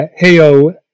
Heyo